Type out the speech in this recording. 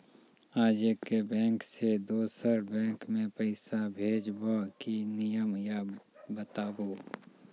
आजे के बैंक से दोसर बैंक मे पैसा भेज ब की नियम या बताबू?